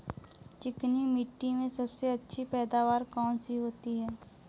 चिकनी मिट्टी में सबसे अच्छी पैदावार कौन सी होती हैं?